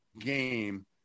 game